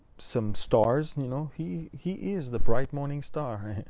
some stars. and you know, he he is the bright morning star.